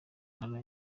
ntara